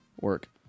work